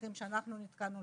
המקרים שאנחנו נתקלנו,